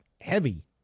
heavy